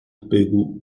بگو